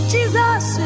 Jesus